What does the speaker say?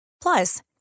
Plus